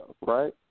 right